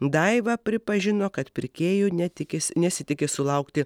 daiva pripažino kad pirkėjų netikis nesitiki sulaukti